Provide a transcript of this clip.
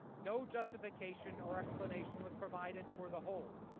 no justification or estimation was provided for the hold.